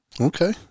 Okay